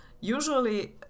usually